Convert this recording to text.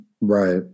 right